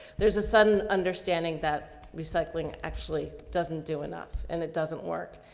there's a sudden understanding that recycling actually doesn't do enough and it doesn't work.